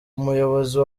umuyobozi